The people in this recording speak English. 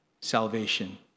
salvation